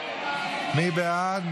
מי בעד?